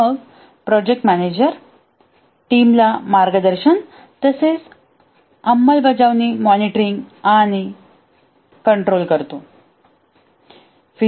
मग project manager team ला मार्गदर्शन तसेच नंतर अंमलबजावणी मॉनिटरिंग आणि कंट्रोल करतो